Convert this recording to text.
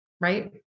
right